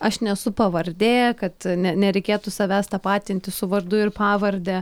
aš nesu pavardė kad nereikėtų savęs tapatinti su vardu ir pavarde